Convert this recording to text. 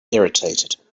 irritated